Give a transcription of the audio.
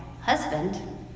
husband